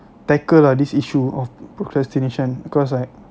tackle ah this issue of procrastination cause like